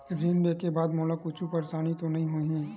ऋण लेके बाद मोला कुछु परेशानी तो नहीं होही?